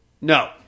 No